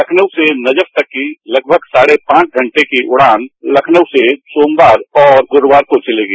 लखनऊ से नजफ तक की लगभग साढ़े पांच घंटे की उड़ान लखनऊ से सोमवार और गुरूवार को चलेगी